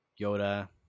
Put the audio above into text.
Yoda